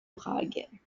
prague